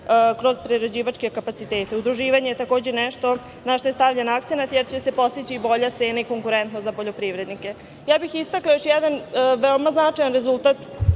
kroz prerađivačke kapacitete. Udruživanje je, takođe, nešto na šta je stavljen akcenat, jer će se postići bolja cena i konkuretno za poljoprivrednike. Istakla bih još jedan veoma značajan rezultat